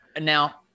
now